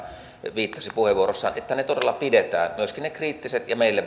viittasi puheenvuorossaan todella pidetään myöskin ne kriittiset ja meille